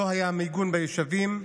לא היה מיגון ביישובים,